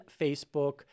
facebook